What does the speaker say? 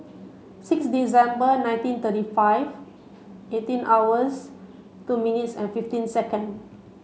six December nineteen thirty five eighteen hours two minutes and fifteen second